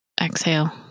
exhale